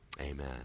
amen